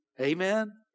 Amen